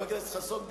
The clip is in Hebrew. חבר הכנסת חסון.